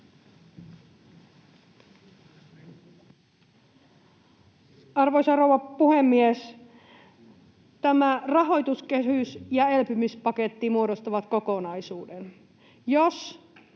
Arvoisa rouva puhemies! Tämä rahoituskehys ja elpymispaketti muodostavat kokonaisuuden.